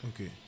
Okay